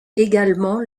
également